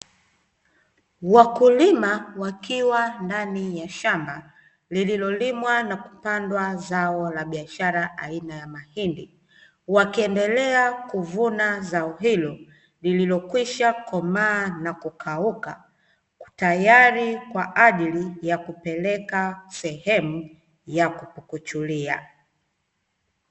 Wakulima wakiwa ndani ya shamba lililolimwa na kupandwa zao la biashara aina ya mahindi; wakiendelea kuvuna zao hilo lililokwisha komaa na kukauka tayari kwa ajili ya kupeleka sehemu ya kupukuchulia.